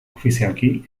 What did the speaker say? ofizialki